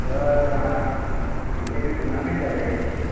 sir આ ક્રિકેટની tournament ચાલ્યા કરતી છે સર